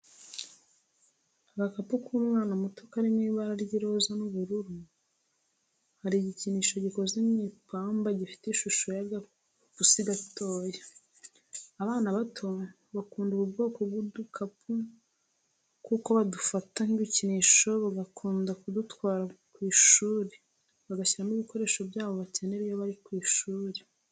Agakapu k'umwana muto kari mu ibara ry'iroza n'ubururu, hari igikinisho gikoze mu ipamba gifite ishusho y'agapusi gatoya, abana bato bakunda ubu bwoko bw'udukapu kuko badufata nk'ibikinisho bagakunda kudutwara ku ishuri, bagashyiramo ibikoresho byabo bakenera iyo bari ku ishuri.